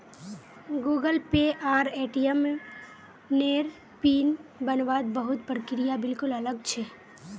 Google Pay आर ATM नेर PIN बन वात बहुत प्रक्रिया बिल्कुल अलग छे